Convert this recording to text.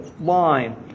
line